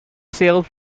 sailed